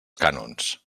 cànons